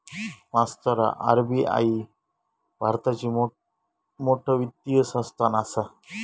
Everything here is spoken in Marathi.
मास्तरा आर.बी.आई भारताची मोठ वित्तीय संस्थान आसा